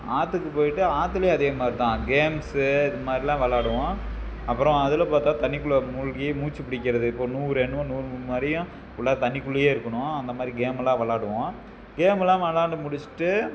ஆற்றுக்கு போய்விட்டு ஆற்றுலயும் அதே மாதிரி தான் கேம்ஸு இது மாதிரிலாம் விளாடுவோம் அப்புறம் அதில் பார்த்தா தண்ணிக்குள்ளே மூழ்கி மூச்சு பிடிக்கிறது இப்போ நூறு எண்ணுவோம் நூ நூ வரையும் உள்ளே தண்ணிக்குள்ளேயே இருக்கணும் அந்த மாதிரி கேமெல்லாம் விளாடுவோம் கேமெல்லாம் விளாண்டு முடிச்சுட்டு